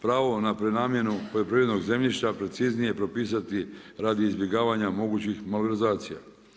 Pravno na prenamjenu poljoprivrednog zemljišta, preciznije prepisati radi izbjegavanja mogućih malverzacija.